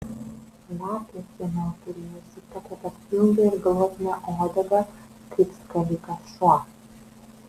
lapė seniau turėjusi tokią pat ilgą ir glotnią uodegą kaip skalikas šuo